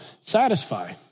satisfy